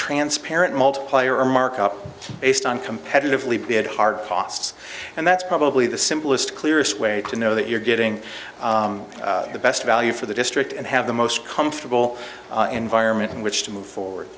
transparent multiplier markup based on competitively bid hard costs and that's probably the simplest clearest way to know that you're getting the best value for the district and have the most comfortable environment in which to move forward